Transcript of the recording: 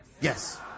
Yes